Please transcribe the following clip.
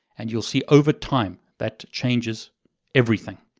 and you'll see over time that changes everything.